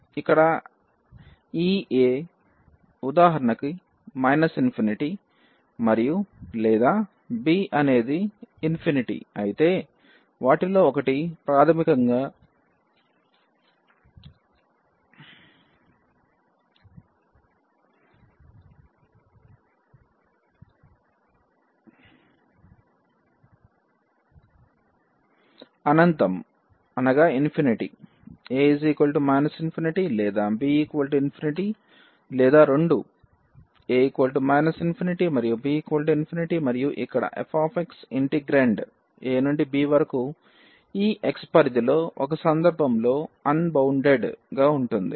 ఇక్కడ ఈ a ఉదాహరణకి ∞ మరియు లేదా b అనేది ∞ అయితే వాటిలో ఒకటి ప్రాథమికంగా అనంతం a ∞ లేదా b ∞ లేదా రెండూ a ∞ మరియు b ∞ మరియు ఇక్కడ f ఇంటిగ్రేండ్ a నుండి b వరకు ఈ x పరిధిలో ఒక సందర్భంలో అన్బౌండెడ్ గా ఉంటుంది